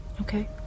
Okay